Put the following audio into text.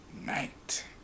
night